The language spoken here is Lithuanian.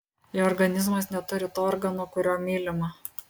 jo organizmas neturi to organo kuriuo mylima